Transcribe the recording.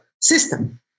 system